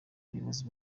ubuyobozi